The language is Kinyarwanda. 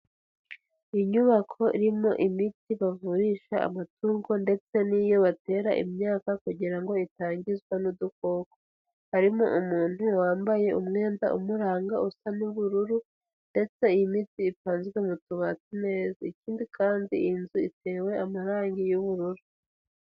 Inyubako irimo imiti bavurisha amatungo ndetse n'iyo batera imyaka kugira ngo itangizwa n'udukoko, harimo umuntu wambaye umwenda umuranga usa n'ubururu, ndetse imiti ipanzwe mu tubati neza, ikindi kandi iyi nzu itewe amarangi y'ubururu.